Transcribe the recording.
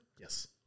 Yes